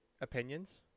Opinions